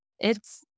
It's-